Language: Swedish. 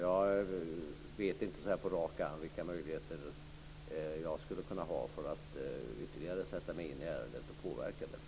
Jag vet inte så här på rak arm vilka möjligheter jag skulle kunna ha att ytterligare sätta mig in i ärendet och påverka det.